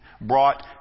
brought